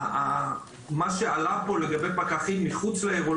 לגבי מה שעלה פה לגבי פקחים מחוץ לעיר או